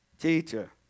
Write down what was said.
Teacher